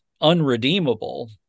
unredeemable